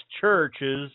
churches